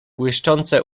błyszczące